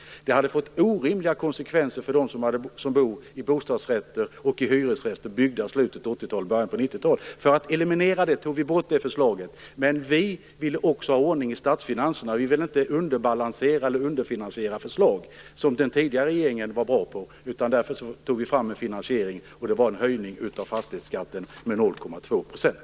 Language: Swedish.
Det hade fått orimliga konsekvenser för dem som bor i bostadsrätter och i hyresrätter byggda i slutet på 80 talet och början av 90-talet. För att eliminera det tog vi bort det förslaget. Men vi ville också ha ordning i statsfinanserna. Vi ville inte underbalansera eller underfinansiera förslag som den tidigare regeringen var bra på. Därför tog vi fram en finansiering, och det var en höjning av fastighetsskatten med 0,2 %.